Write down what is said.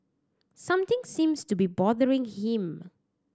something seems to be bothering him